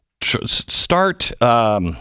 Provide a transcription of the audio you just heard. Start